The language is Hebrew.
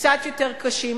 קצת יותר קשים,